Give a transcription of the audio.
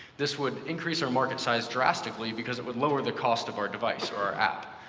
this would increase our market size drastically because it would lower the cost of our device or app.